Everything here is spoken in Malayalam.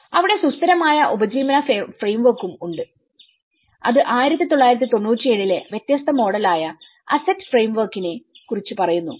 അവിടെ സുസ്ഥിരമായ ഉപജീവന ഫ്രെയിംവർക്കും ഉണ്ട് അത് 1997 ലെ വ്യത്യസ്ഥ മോഡൽആയ അസ്സറ്റ് ഫ്രെയിംവർക്കിനെ കുറിച്ച് പറയുന്നു